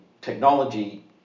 technology